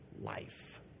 life